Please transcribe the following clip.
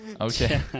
Okay